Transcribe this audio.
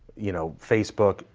you know, facebook,